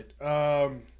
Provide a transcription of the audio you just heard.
right